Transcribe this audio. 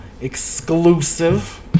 exclusive